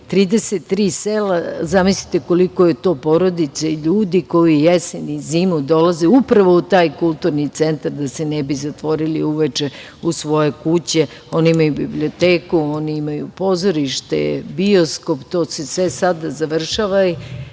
33 sela, zamislite koliko je to porodica i ljudi koji dolaze jesen i zimu upravo u taj kulturni centar da se ne bi zatvorili uveče u svoje kuće. Oni imaju biblioteku. Oni imaju pozorište, bioskop. To se sve sada završava i